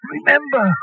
Remember